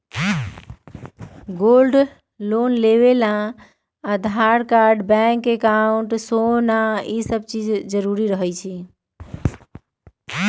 हमरा gold loan ला आवेदन करे के प्रक्रिया कृपया बताई